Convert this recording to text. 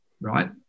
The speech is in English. right